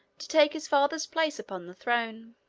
to take his father's place upon the throne.